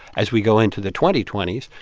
as we go into the twenty twenty s,